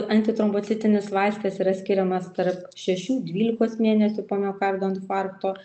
antitrombocitinis vaistas yra skiriamas tarp šešių dvylikos mėnesių po miokardo infarkto